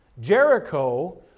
Jericho